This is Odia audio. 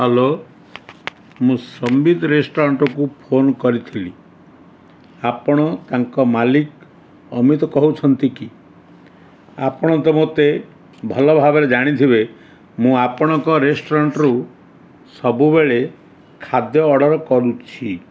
ହ୍ୟାଲୋ ମୁଁ ସମ୍ବିତ ରେଷ୍ଟୁରାଣ୍ଟ୍କୁ ଫୋନ୍ କରିଥିଲି ଆପଣ ତାଙ୍କ ମାଲିକ୍ ଅମିତ କହୁଛନ୍ତି କି ଆପଣ ତ ମତେ ଭଲ ଭାବରେ ଜାଣିଥିବେ ମୁଁ ଆପଣଙ୍କ ରେଷ୍ଟୁରାଣ୍ଟ୍ରୁ ସବୁବେଳେ ଖାଦ୍ୟ ଅର୍ଡ଼ର୍ କରୁଛି